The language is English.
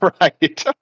Right